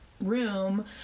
room